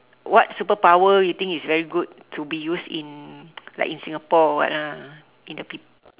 what superpower you think is very good to be used in like in Singapore or what lah in the peop~